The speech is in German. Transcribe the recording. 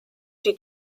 die